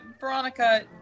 Veronica